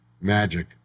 magic